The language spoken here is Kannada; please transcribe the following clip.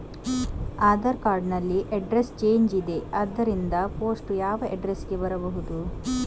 ಆಧಾರ್ ಕಾರ್ಡ್ ನಲ್ಲಿ ಅಡ್ರೆಸ್ ಚೇಂಜ್ ಇದೆ ಆದ್ದರಿಂದ ಪೋಸ್ಟ್ ಯಾವ ಅಡ್ರೆಸ್ ಗೆ ಬರಬಹುದು?